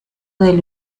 del